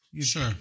Sure